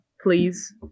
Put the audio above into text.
please